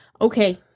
okay